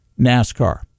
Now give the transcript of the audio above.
NASCAR